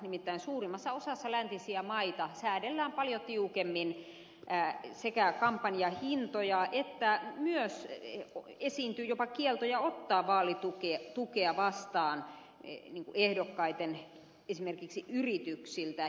nimittäin suurimmassa osassa läntisiä maita säädellään paljon tiukemmin kampanjahintoja ja myös esiintyy jopa kieltoja ehdokkaiden ottaa vaalitukea vastaan esimerkiksi yrityksiltä